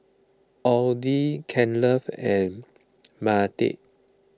Audie Kenley and Mattye